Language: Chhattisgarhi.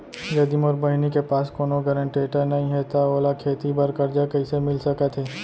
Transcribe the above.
यदि मोर बहिनी के पास कोनो गरेंटेटर नई हे त ओला खेती बर कर्जा कईसे मिल सकत हे?